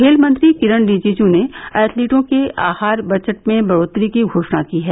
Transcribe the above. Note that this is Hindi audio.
खेलमंत्री किरण रिजिजू ने एथलीटों के आहार बजट में बढ़ोतरी की घोषणा की है